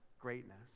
greatness